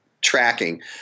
tracking